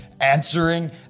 answering